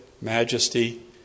majesty